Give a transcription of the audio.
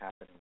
happening